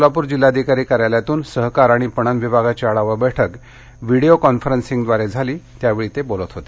सोलापूर जिल्हाधिकारी कार्यालयातून सहकार आणि पणन विभागाची आढावा बर्फ्क व्हिडीओ कॉन्फरन्सिंगद्वारे झाली त्यावेळी ते बोलत होते